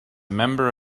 member